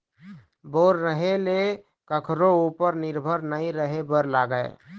bore रहें ले कखरो उपर निरभर नइ रहे बर लागय